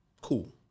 Cool